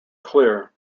clear